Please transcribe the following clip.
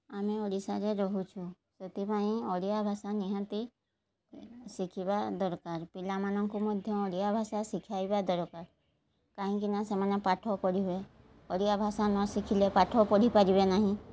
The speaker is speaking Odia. ଆମେ ଓଡ଼ିଶାରେ ରହୁଛୁ ସେଥିପାଇଁ ଓଡ଼ିଆ ଭାଷା ନିହାତି ଶିଖିବା ଦରକାର ପିଲାମାନଙ୍କୁ ମଧ୍ୟ ଓଡ଼ିଆ ଭାଷା ଶିଖାଇବା ଦରକାର କାହିଁକିନା ସେମାନେ ପାଠ ପଢ଼ିବେ ଓଡ଼ିଆ ଭାଷା ନ ଶିଖିଲେ ପାଠ ପଢ଼ିପାରିବେ ନାହିଁ